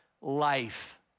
life